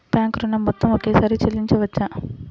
Bank ఋణం మొత్తము ఒకేసారి చెల్లించవచ్చా?